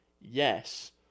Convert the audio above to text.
Yes